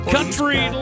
Country